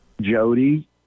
Jody